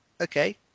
okay